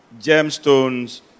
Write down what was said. gemstones